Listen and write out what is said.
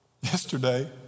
Yesterday